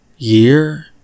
Year